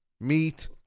meat